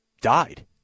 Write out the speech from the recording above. died